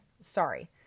Sorry